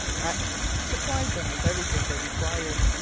atkins supplied them with everything they required,